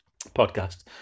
podcast